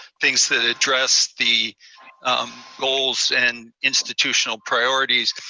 things that address the goals and institutional priorities.